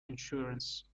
insurance